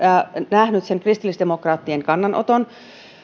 nähnyt sen kristillisdemokraattien kannanoton